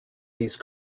these